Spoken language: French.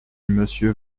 monsieur